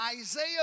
Isaiah